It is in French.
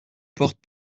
porte